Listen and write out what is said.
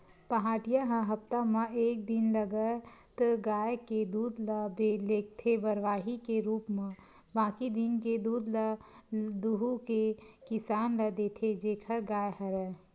पहाटिया ह हप्ता म एक दिन लगत गाय के दूद ल लेगथे बरवाही के रुप म बाकी दिन के दूद ल दुहू के किसान ल देथे जेखर गाय हरय